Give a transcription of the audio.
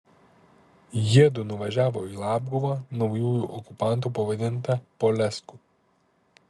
jiedu nuvažiavo į labguvą naujųjų okupantų pavadintą polesku